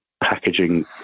packaging